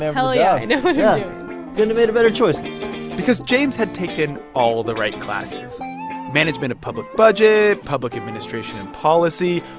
hell yeah you know yeah kind of and better choice because james had taken all the right classes management of public budget, public administration and policy,